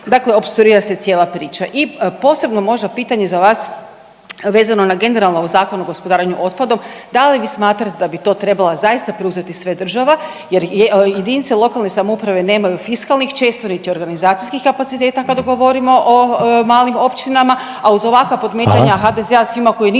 Dakle, opstruira se cijela priča. I posebno možda pitanje za vas vezano na generalno u Zakonu o gospodarenju otpadom, da li vi smatrate da bi to trebala zaista preuzeti sve država, jer jedinice lokalne samouprave nemaju fiskalnih, često niti organizacijskih kapaciteta kad govorimo o malim općinama, a uz ovakva … …/Upadica Reiner: